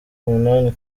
umunani